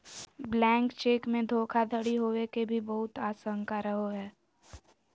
blank cheque मे धोखाधडी होवे के भी बहुत आशंका रहो हय